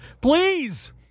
Please